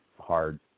hard